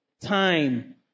Time